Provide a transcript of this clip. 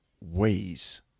ways